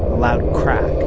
loud crack